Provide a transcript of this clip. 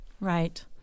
Right